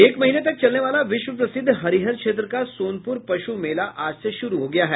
एक महीने तक चलने वाला विश्व प्रसिद्ध हरिहर क्षेत्र का सोनपुर पशु मेला आज से शुरू हो गया है